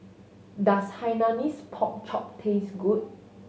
does Hainanese Pork Chop taste good